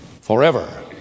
forever